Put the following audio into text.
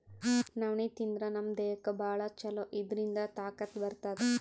ನವಣಿ ತಿಂದ್ರ್ ನಮ್ ದೇಹಕ್ಕ್ ಭಾಳ್ ಛಲೋ ಇದ್ರಿಂದ್ ತಾಕತ್ ಬರ್ತದ್